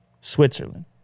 Switzerland